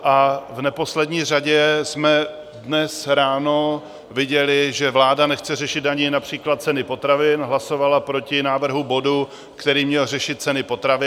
A v neposlední řadě jsme dnes ráno viděli, že vláda nechce řešit ani například ceny potravin hlasovala proti návrhu bodu, který měl řešit ceny potravin.